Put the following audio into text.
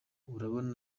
urabona